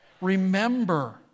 remember